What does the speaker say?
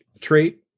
trait